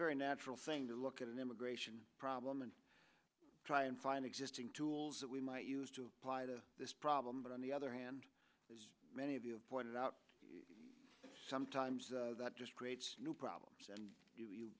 very natural thing to look at an immigration problem and try and find existing tools that we might use to apply to this problem but on the other hand as many of you pointed out sometimes that just creates new problems and you